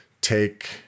take